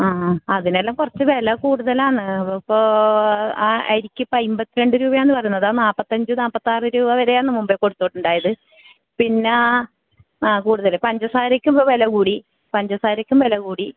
ആ ആ അതിനെല്ലാം കുറച്ച് വില കൂടുതലാണ് ഇപ്പോൾ ആ അരിക്കിപ്പോൾ അയിമ്പത്തിരണ്ട് രൂപയാണ് പറയണത് ആ നാൽപ്പത്തഞ്ച് നാൽപ്പത്താറ് രൂപവരെയാണ് മുമ്പേ കൊടത്തോണ്ടായത് പിന്നെ ആ കൂടുതൽ പഞ്ചസാരയ്ക്കും ഇപ്പം വില കൂടി പഞ്ചസാരയ്ക്കും വില കൂടി